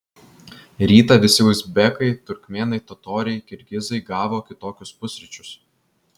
rytą visi uzbekai turkmėnai totoriai kirgizai gavo kitokius pusryčius